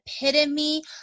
epitome